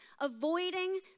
avoiding